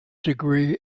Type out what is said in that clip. degree